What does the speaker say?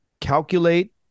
calculate